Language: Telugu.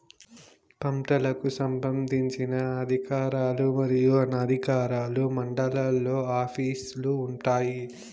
పంటలకు సంబంధించిన అధికారులు మరియు అనధికారులు మండలాల్లో ఆఫీస్ లు వుంటాయి?